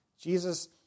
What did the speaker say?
Jesus